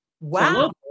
Wow